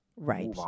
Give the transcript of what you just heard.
right